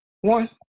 One